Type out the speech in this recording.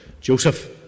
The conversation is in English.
Joseph